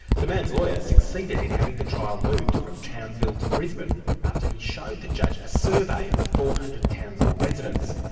the man's lawyer succeeded in having the trial moved from townsville to brisbane after he showed the judge a survey of four hundred townsville residents,